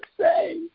say